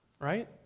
right